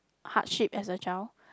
hardship as a child